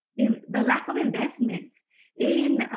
in the lack of investment in